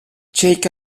cheikh